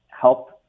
help